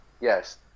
yes